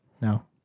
No